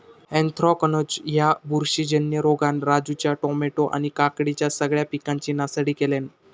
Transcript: anthracnose ह्या बुरशीजन्य रोगान राजूच्या टामॅटो आणि काकडीच्या सगळ्या पिकांची नासाडी केल्यानं